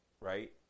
right